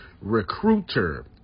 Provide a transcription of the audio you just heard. recruiter